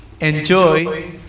enjoy